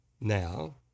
Now